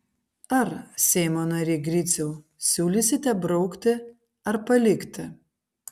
ar seimo nary griciau siūlysite braukti ar palikti